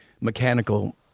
mechanical